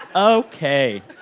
ok.